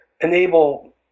enable